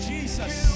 Jesus